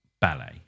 ballet